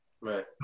right